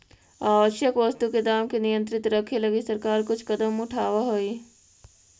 आवश्यक वस्तु के दाम के नियंत्रित रखे लगी सरकार कुछ कदम उठावऽ हइ